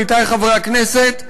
עמיתי חברי הכנסת,